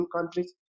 countries